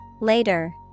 Later